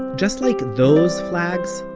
just like those flags,